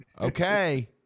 Okay